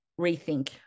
rethink